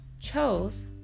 chose